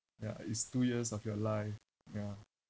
ya it's two years of your life ya